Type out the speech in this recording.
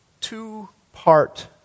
two-part